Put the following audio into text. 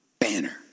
banner